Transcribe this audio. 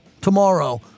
tomorrow